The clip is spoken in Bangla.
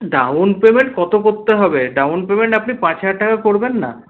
ডাউন পেমেন্ট কত করতে হবে ডাউন পেমেন্ট আপনি পাঁচ হাজার টাকা করবেন না